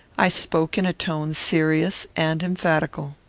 i spoke in a tone serious and emphatical.